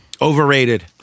Overrated